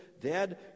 dead